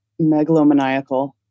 megalomaniacal